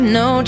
no